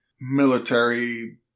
military